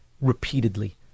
repeatedly